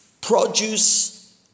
produce